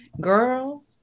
girl